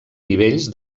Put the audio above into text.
nivells